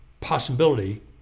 possibility